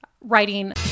writing